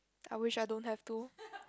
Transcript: I wish I don't have to